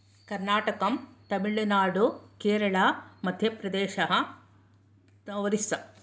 कर्नाटकम् तमिळुनाडु केरळा मध्यप्रदेशः ओरिस्सा